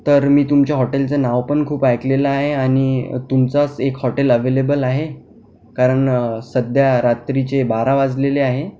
तर मी तुमच्या हॉटेलचं नाव पण खूप ऐकलेलं आहे आणि तुमचाच एक हॉटेल अव्हेलेबल आहे कारण सध्या रात्रीचे बारा वाजलेले आहे